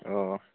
अ